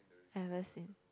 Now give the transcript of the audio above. ever seen